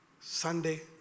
Sunday